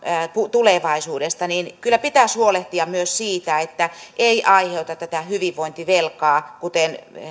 tulevaisuudesta niin kyllä pitäisi huolehtia myös siitä että ei aiheuteta tätä hyvinvointivelkaa kuten